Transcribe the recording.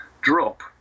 drop